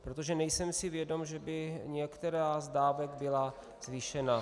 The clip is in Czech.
Protože nejsem si vědom, že by některá z dávek byla zvýšena.